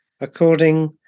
according